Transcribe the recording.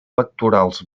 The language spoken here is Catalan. pectorals